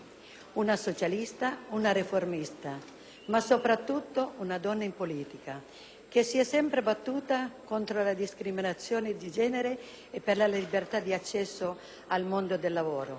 una socialista, una riformista, ma soprattutto una "donna in politica", che si è sempre battuta contro le discriminazioni di genere e per la libertà di accesso al mondo del lavoro.